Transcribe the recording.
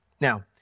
Now